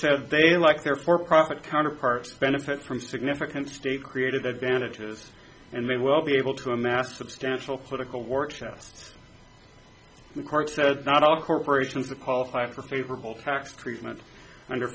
said they like their for profit counterparts benefit from significant state created advantages and may well be able to amass substantial political war excess the court said not all corporations have qualified for favorable tax treatment under